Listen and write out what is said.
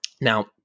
now